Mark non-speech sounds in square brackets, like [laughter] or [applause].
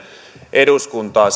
eduskuntaan [unintelligible]